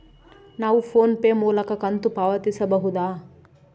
ನಾವು PhonePe ಮೂಲಕ ಕಂತು ಪಾವತಿಸಬಹುದಾ?